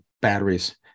batteries